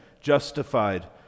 justified